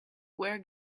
where